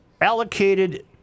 allocated